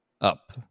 up